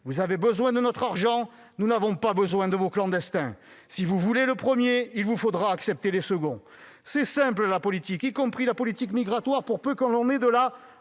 vous avez besoin de notre argent, nous n'avons pas besoin de vos clandestins. Si vous voulez le premier, il vous faudra accepter les seconds. C'est simple, la politique, ... C'est simplissime !... y compris la politique migratoire, pour peu que l'on ait de la